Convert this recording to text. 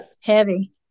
Heavy